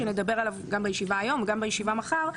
שנדבר עליו גם בישיבה היום וגם בישיבה מחר,